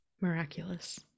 Miraculous